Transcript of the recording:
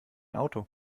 auto